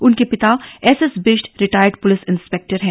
उनके पिता SS Bisht retired police inspector हैं